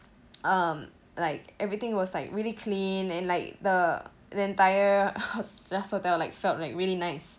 um like everything was like really clean and like the the entire just hotel like felt like really nice